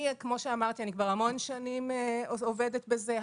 כמו שאמרתי, אני כבר המון שנים עובדת בזה.